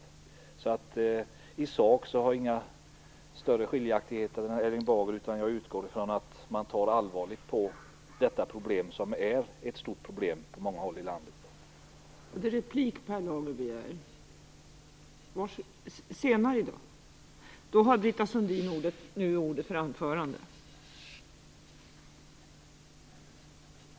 I sak finns det alltså inga större skiljaktigheter mellan Erling Bager och mig, utan jag utgår från att man ser allvarligt på detta problem, som är stort på många håll i landet.